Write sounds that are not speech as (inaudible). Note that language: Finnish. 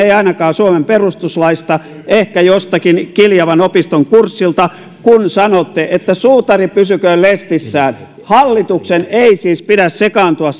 (unintelligible) ei ainakaan suomen perustuslaista ehkä jostakin kiljavan opiston kurssilta kun sanoitte että suutari pysyköön lestissään hallituksen ei siis pidä sekaantua (unintelligible)